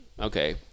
Okay